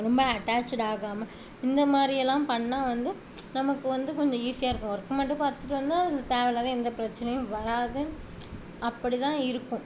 ரொம்ப அட்டேச்சிட் ஆகாமல் இந்த மாதிரியெல்லாம் பண்ணிணா வந்து நமக்கு வந்து கொஞ்சம் ஈஸியாக இருக்கும் ஒர்க் மட்டும் பார்த்துட்டு வந்து அதில் தேவை இல்லாத எந்த பிரச்சினையும் வராது அப்படிதான் இருக்கும்